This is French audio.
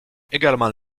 également